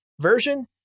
version